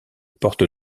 porte